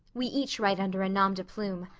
we each write under a nom-de-plume.